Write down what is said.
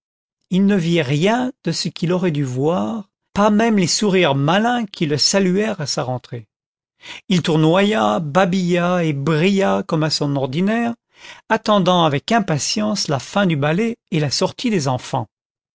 il ne vit rien de ce qu'il aurait dû voir pas même les sourires malins qui le saluèrent à sa rentrée il tournoya babilla et brilla comme à son ordinaire attendant avec impatience la fin du ballet et la sortie des enfants